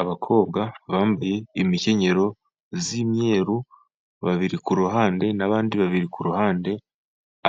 Abakobwa bambaye imIkenyero y'imyeru, babiri kuruhande n'abandi babiri kuruhande,